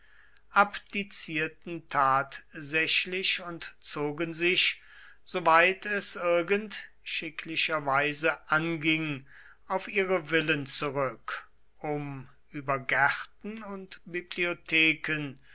abdizierten tatsächlich und zogen sich soweit es irgend schicklicherweise anging auf ihre villen zurück um über gärten und